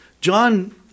John